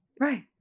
Right